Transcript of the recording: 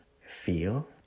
feel